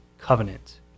covenant